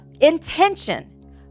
intention